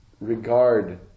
regard